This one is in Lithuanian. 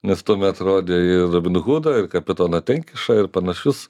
nes tuomet rodė ir robin hudą ir kapitoną tenkišą ir panašius